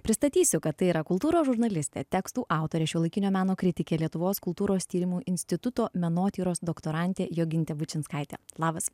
pristatysiu kad tai yra kultūros žurnalistė tekstų autorė šiuolaikinio meno kritikė lietuvos kultūros tyrimų instituto menotyros doktorantė jogintė bučinskaitė labas